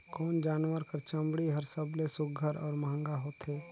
कोन जानवर कर चमड़ी हर सबले सुघ्घर और महंगा होथे?